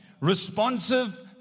Responsive